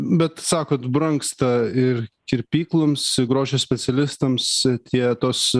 bet sakot brangsta ir kirpykloms grožio specialistams tie tos